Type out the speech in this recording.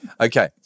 Okay